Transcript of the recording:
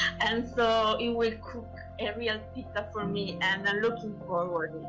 and so, he will cook a real pizza for me, and i'm looking forward.